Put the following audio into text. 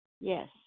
Yes